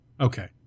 Okay